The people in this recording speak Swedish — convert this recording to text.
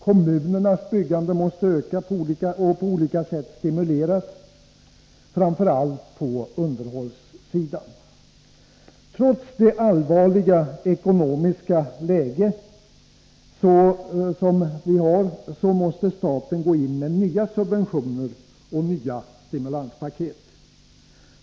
Kommunernas byggande måste öka och på olika sätt stimuleras, framför allt på underhållssidan. Trots det allvarliga ekonomiska läge som råder måste staten gå in med nya subventioner och nya stimulanspaket.